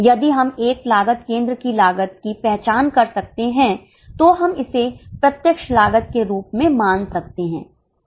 यदि हम एक लागत केंद्र की लागत की पहचान कर सकते हैं तो हम इसे प्रत्यक्ष लागत के रूप में मान सकते हैं